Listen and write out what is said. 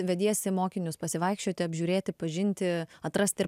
vediesi mokinius pasivaikščioti apžiūrėti pažinti atrasti ir